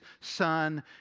son